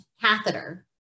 catheter